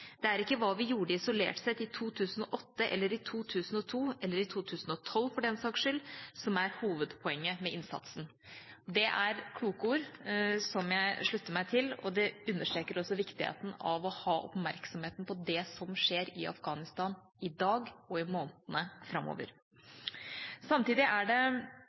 Det er ikke hva vi gjorde isolert sett i 2008 eller i 2002 – eller i 2012 for den saks skyld – som er hovedpoenget med innsatsen.» Det er kloke ord, som jeg slutter meg til, og det understreker også viktigheten av å ha oppmerksomheten på det som skjer i Afghanistan i dag og i månedene framover. Samtidig er det